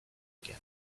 again